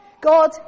God